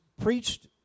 preached